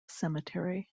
cemetery